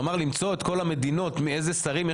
הוא אמר למצוא את כל המדינות, איזה שרים.